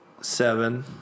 Seven